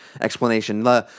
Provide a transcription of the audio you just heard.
explanation